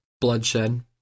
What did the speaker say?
bloodshed